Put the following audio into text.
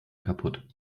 kaputt